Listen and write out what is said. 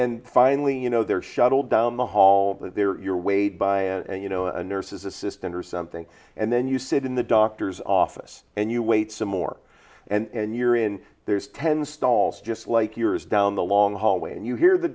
then finally you know they're shuttled down the hall there you're weighed by you know a nurse's assistant or something and then you sit in the doctor's office and you wait some more and you're in there's ten stalls just like yours down the long hallway and you hear the